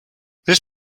this